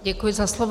Děkuju za slovo.